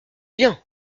bien